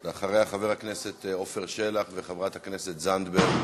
ואחריה, חבר הכנסת עפר שלח, וחברת הכנסת זנדברג